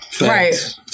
Right